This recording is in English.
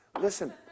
Listen